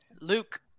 luke